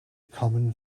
common